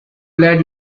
glad